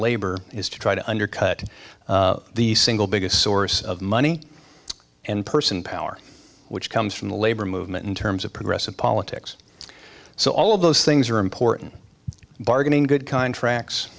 labor is to try to undercut the single biggest source of money and person power which comes from the labor movement in terms of progressive politics so all of those things are important bargaining good contracts